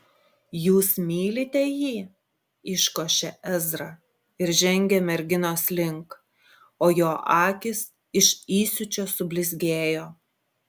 jūs mylite jį iškošė ezra ir žengė merginos link o jo akys iš įsiūčio sublizgėjo